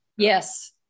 Yes